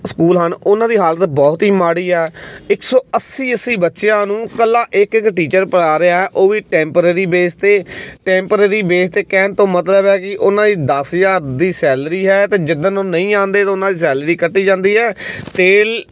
school ਹਨ ਉਨ੍ਹਾਂ ਦੀ ਹਾਲਤ ਬਹੁਤ ਹੀ ਮਾੜੀ ਹੈ ਇੱਕ ਸੌ ਅੱਸੀ ਅੱਸੀ ਬੱਚਿਆਂ ਨੂੰ ਇਕੱਲਾ ਇੱਕ ਇੱਕ ਟੀਚਰ ਪੜ੍ਹਾ ਰਿਹਾ ਉਹ ਵੀ ਟੈਂਪਰਰੀ ਬੇਸ 'ਤੇ ਟੈਂਪਰਰੀ ਬੇਸ 'ਤੇ ਕਹਿਣ ਤੋਂ ਮਤਲਬ ਹੈ ਕਿ ਉਨ੍ਹਾਂ ਦੀ ਦਸ ਹਜ਼ਾਰ ਦੀ ਸੈਲਰੀ ਹੈ ਅਤੇ ਜਿੱਦਣ ਉਹ ਨਹੀਂ ਆਉਂਦੇ ਤਾਂ ਉਨ੍ਹਾਂ ਦੀ ਸੈਲਰੀ ਕੱਟੀ ਜਾਂਦੀ ਹੈ ਤੇਲ